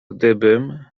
gdybym